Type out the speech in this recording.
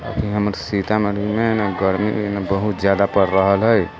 अथी हमर सीतामढ़ीमे ने गर्मी बहुत ज्यादा पड़ि रहल हइ